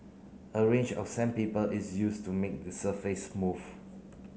a range of sandpaper is used to make the surface smooth